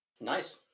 nice